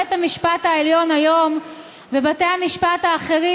בית המשפט העליון היום ובתי המשפט האחרים